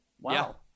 wow